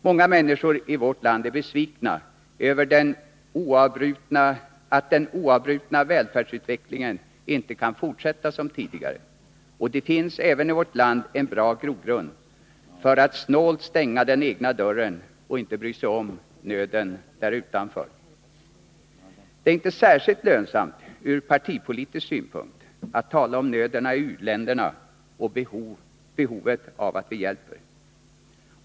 Många människor i vårt land är besvikna över att den oavbrutna välfärdsutvecklingen inte kan fortsätta som tidigare, och det finns även i vårt land en bra grogrund för att snålt stänga den egna dörren och inte bry sig om nöden därutanför. Det är inte särskilt lönsamt ur partipolitisk synpunkt att tala om nöden i u-länderna och behovet av att vi hjälper.